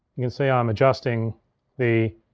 you can see, i'm adjusting the,